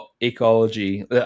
ecology